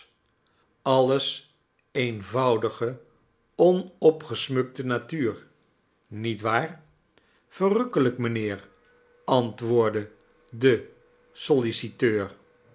alles eenvoudige onopgesmukte natuur niet waar verrukkelijk mijnheer antwoordde de